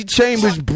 Chambers